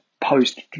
post